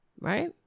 right